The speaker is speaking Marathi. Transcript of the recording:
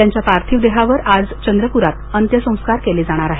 त्यांच्या पार्थिव देहावर आज चंद्रपुरात अंत्यसंस्कार केले जाणार आहेत